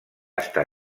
estat